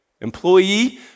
employee